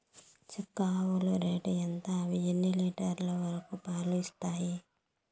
చుక్క ఆవుల రేటు ఎంత? అవి ఎన్ని లీటర్లు వరకు పాలు ఇస్తాయి?